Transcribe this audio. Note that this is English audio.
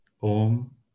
Om